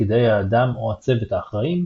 תפקיד האדם או הצוות האחראים,